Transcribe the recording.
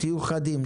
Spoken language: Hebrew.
תהיו חדים,